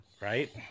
right